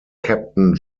captain